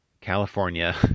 California